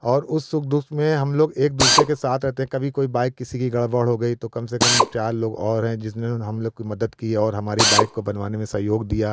और उस सुख दुख में हम लोग एक दूसरे के साथ रहते हैं कभी कोई बाइक किसी की गड़बड़ हो गई तो कम से कम चार लोग और हैं जिसने हम लोग की मदद की और हमारी बाइक को बनवाने में सहयोग दिया